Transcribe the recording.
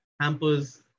hampers